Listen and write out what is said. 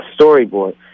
storyboard